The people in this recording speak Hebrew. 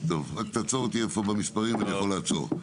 דיון בהסתייגויות והצבעה: